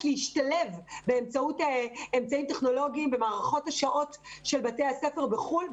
להשתלב באמצעות אמצעים טכנולוגיים במערכות השעות של בתי הספר בחו"ל.